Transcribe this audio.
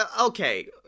okay